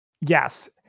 Yes